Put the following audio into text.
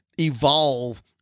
Evolve